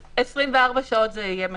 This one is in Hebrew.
24 שעות זה יהיה מקובל.